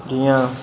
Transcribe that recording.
जि'यां